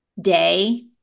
day